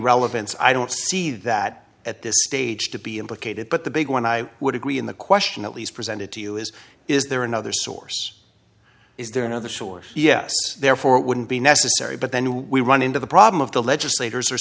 relevance i don't see that at this stage to be implicated but the big one i would agree in the question at least presented to you is is there another source is there another source yes therefore it wouldn't be necessary but then we run into the problem of the legislators are